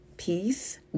Peace